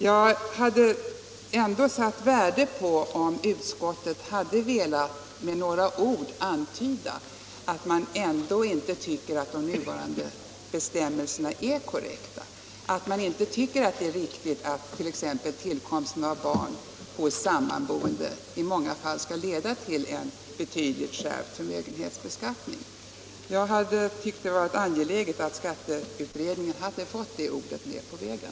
Jag hade ändå satt värde på om utskottet med några ord hade velat antyda att man inte tycker att de nuvarande bestämmelserna är korrekta, att man inte tycker att det är riktigt att t.ex. tillkomsten av barn hos sammanboende i många fall skall leda till en betydligt skärpt förmögenhetsbeskattning. Jag hade tyckt det vara angeläget att skatteutredningen fått det ordet med på vägen.